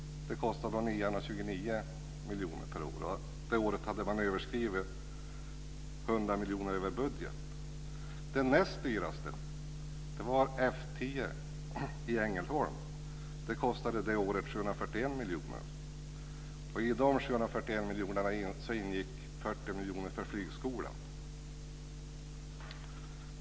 Det kostade 929 miljoner per år. Det redovisade året hade man överskridit budget med 100 miljoner. Det näst dyraste var F 10 i Ängelholm. Det kostade det året 741 miljoner. I de 741 miljonerna ingick 40 miljoner för flygskolan.